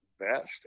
best